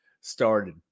started